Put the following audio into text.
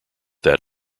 that